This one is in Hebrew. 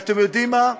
ואתם יודעים מה?